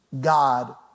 God